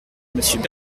monsieur